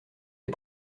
des